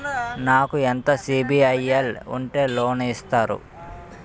నాకు ఎంత సిబిఐఎల్ ఉంటే లోన్ ఇస్తారు?